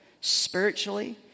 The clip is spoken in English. Spiritually